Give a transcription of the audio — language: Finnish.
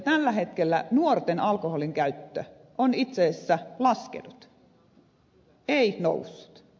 tällä hetkellä nuorten alkoholinkäyttö on itse asiassa laskenut ei noussut